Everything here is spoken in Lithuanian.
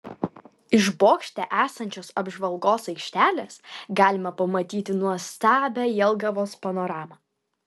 iš bokšte esančios apžvalgos aikštelės galima pamatyti nuostabią jelgavos panoramą